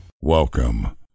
Welcome